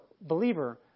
believer